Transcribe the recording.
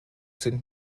sind